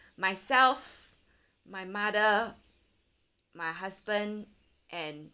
myself my mother my husband and